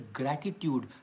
gratitude